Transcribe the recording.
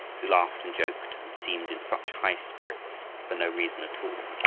who laughed and joked and seemed in such high spirits for no reason at all.